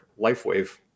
LifeWave